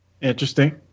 Interesting